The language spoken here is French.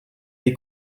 des